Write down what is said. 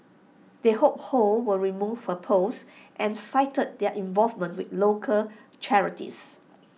they hope ho will remove her post and cited their involvement with local charities